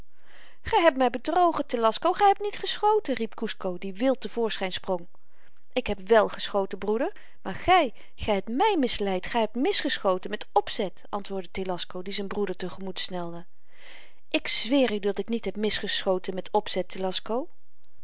gy hebt my bedrogen telasco gy hebt niet geschoten riep kusco die wild te voorschyn sprong ik heb wèl geschoten broeder maar gy gy hebt my misleid gy hebt misgeschoten met opzet antwoordde telasco die z'n broeder te-gemoet snelde ik zweer u dat ik niet heb misgeschoten met opzet